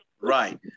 right